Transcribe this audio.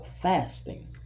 fasting